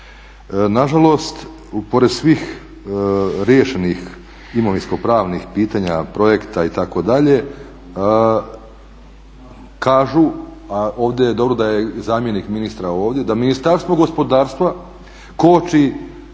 Nažalost, pored svih riješenih imovinsko-pravnih pitanja projekta itd. kažu, a ovdje je dobro da je zamjenik ministra ovdje, da Ministarstvo gospodarstva koči